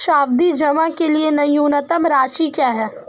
सावधि जमा के लिए न्यूनतम राशि क्या है?